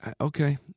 okay